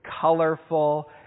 colorful